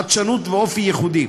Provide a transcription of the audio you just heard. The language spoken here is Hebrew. חדשנות ואופי ייחודי,